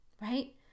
Right